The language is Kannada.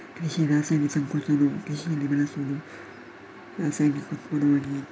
ಕೃಷಿ ರಾಸಾಯನಿಕ ಸಂಕೋಚನವು ಕೃಷಿಯಲ್ಲಿ ಬಳಸುವ ರಾಸಾಯನಿಕ ಉತ್ಪನ್ನವಾಗಿದೆ